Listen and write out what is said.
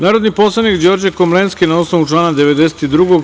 Narodni poslanik Đorđe Komlenski, na osnovu člana 92.